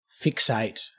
fixate